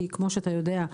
כי כמו שאתה יודע,